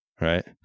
right